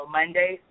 Monday